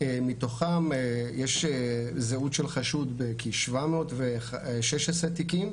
מתוכם יש זהות של חשוד בכ-716 תיקים,